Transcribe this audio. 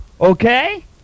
Okay